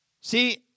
See